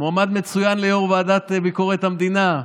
מועמד מצוין ליו"ר ועדת ביקורת המדינה.